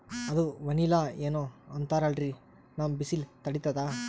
ಅದು ವನಿಲಾ ಏನೋ ಅಂತಾರಲ್ರೀ, ನಮ್ ಬಿಸಿಲ ತಡೀತದಾ?